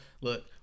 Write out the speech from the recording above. look